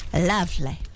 Lovely